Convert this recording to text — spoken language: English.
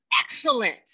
excellent